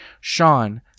Sean